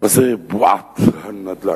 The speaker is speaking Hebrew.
מה זה בועת הנדל"ן?